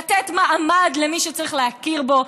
לתת מעמד למי שצריך להכיר בו,